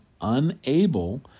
unable